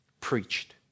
Preached